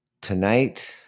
tonight